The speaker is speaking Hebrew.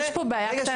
אבל יש פה בעיה קטנה.